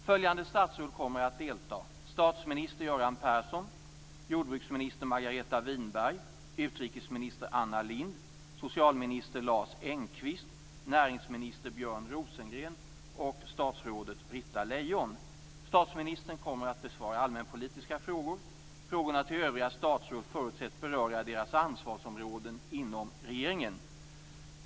Följande statsråd kommer att delta: statsminister Göran Persson, jordbruksminister Margareta Winberg, utrikesminister Anna Statsministern kommer att besvara allmänpolitiska frågor. Frågorna till övriga statsråd förutsätts beröra deras ansvarsområden inom regeringen.